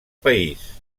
país